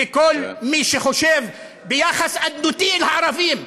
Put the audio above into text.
וכל מי שחושב ביחס אדנותי אל הערבים.